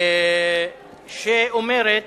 שאומרת